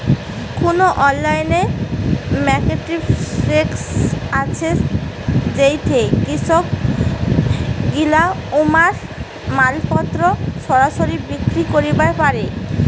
কুনো online marketplace আছে যেইঠে কৃষকগিলা উমার মালপত্তর সরাসরি বিক্রি করিবার পারে?